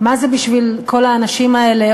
מה זה בשביל כל האנשים האלה,